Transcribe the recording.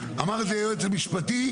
אמר את זה היועץ המשפטי,